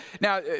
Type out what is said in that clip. Now